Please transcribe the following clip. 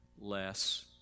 less